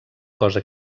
cosa